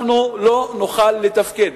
אנחנו לא נוכל לתפקד?